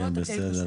אוקיי, בסדר.